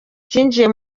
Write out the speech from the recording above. cyinjiye